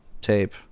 tape